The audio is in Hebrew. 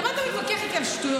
למה אתה מתווכח איתי על שטויות?